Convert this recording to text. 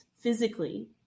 physically